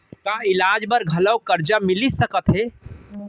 का इलाज बर घलव करजा मिलिस सकत हे?